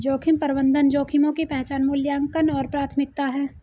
जोखिम प्रबंधन जोखिमों की पहचान मूल्यांकन और प्राथमिकता है